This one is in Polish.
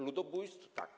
Ludobójstwem, tak.